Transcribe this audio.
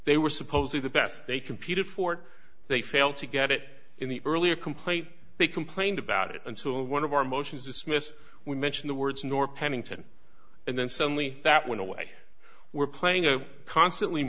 they were supposed to the best they competed for they failed to get it in the earlier complaint they complained about it until one of our motions dismiss we mention the words nor pennington and then suddenly that went away we're playing a constantly